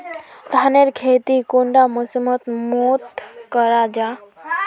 धानेर खेती कुंडा मौसम मोत करा जा?